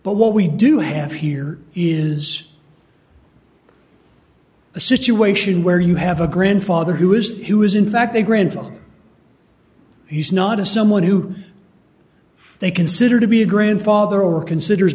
but what we do have here is a situation where you have a grandfather who is who is in fact a grandfather he's not a someone who they consider to be a grandfather or consider